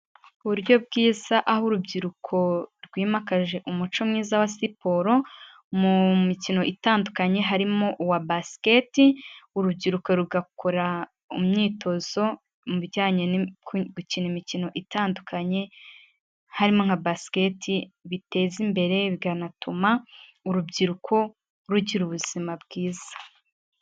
Uburyo bwiza, aho urubyiruko rwimakaje umuco mwiza wa siporo, mu mikino itandukanye harimo uwa basket, urubyiruko rugakora imyitozo mu bijyanye gukina imikino itandukanye, harimo nka basket, biteza imbere bikanatuma urubyiruko rugira ubuzima bwiza.